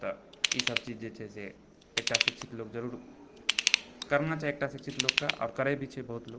तऽ ईसभ चीज जे छै से एकटा शिक्षित लोग जरूर करना चाही एकटा शिक्षित लोकके आओर करैत भी छै बहुत लोग